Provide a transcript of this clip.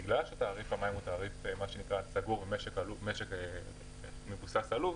בגלל שתאגיד המים הוא משק מבוסס עלות,